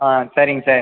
ஆ சரிங்க சார்